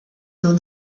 dans